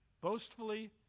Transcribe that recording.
boastfully